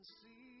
see